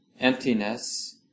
emptiness